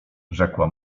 rzekła